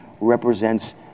represents